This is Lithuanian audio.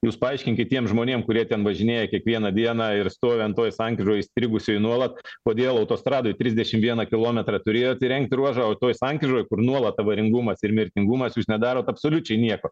jūs paaiškinkit tiem žmonėm kurie ten važinėja kiekvieną dieną ir stovi ant toje sankryžoje įstrigusioj nuolat kodėl autostradoj trisdešimt vieną kilometrą turėjote įrengti ruožą toje sankryžoj kur nuolat avaringumas ir mirtingumas jūs nedarot absoliučiai nieko